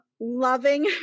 loving